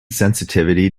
sensitivity